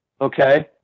okay